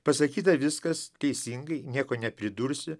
pasakyta viskas teisingai nieko nepridursi